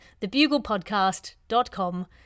Thebuglepodcast.com